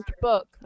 book